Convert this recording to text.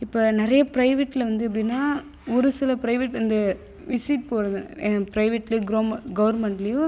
இப்போ நிறைய ப்ரைவேட்டில் வந்து எப்படின்னால் ஒரு சில ப்ரைவேட் வந்து விசிட் போகிறது ப்ரைவேட்டில் க்ரோமெண்ட் கவர்மெண்ட்லேயும்